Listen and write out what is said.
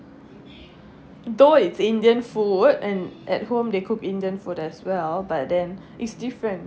though it's indian food and at home they cook indian food as well but then it's different